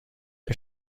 are